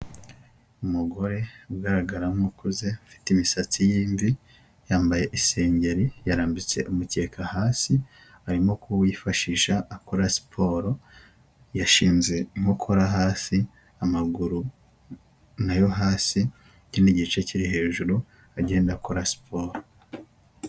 Umugore ugaragara nk'ukuze ufite imisatsi y'imvi yambaye isengeri, yarambitse umukeka hasi arimo kuwifashisha akora siporo yashinze inkokora hasi amaguru nayo hasi ikindi gice kiri hejuru agenda akora siporo.